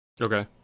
Okay